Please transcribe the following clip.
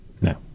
No